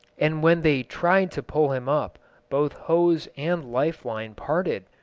and when they tried to pull him up both hose and life-line parted,